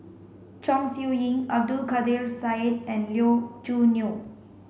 Chong Siew Ying Abdul Kadir Syed and Lee Choo Neo